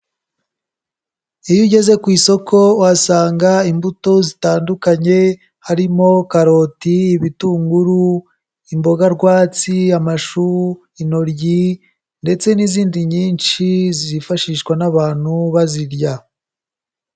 Iyo ugeze ku isoko wasanga imbuto zitandukanye, harimo karoti, ibitunguru imboga rwatsi, amashu, itnoryi ndetse n'izindi nyinshi zifashishwa n'abantu bazirya.